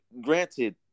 Granted